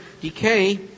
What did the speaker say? Decay